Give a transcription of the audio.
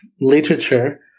literature